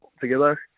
together